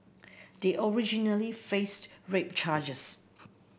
they originally faced rape charges